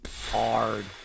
hard